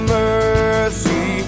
mercy